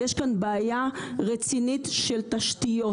יש כאן בעיה רצינית של תשתיות.